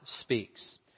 speaks